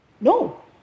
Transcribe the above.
No